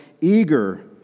eager